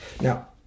Now